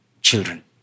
children